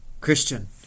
Christian